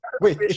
Wait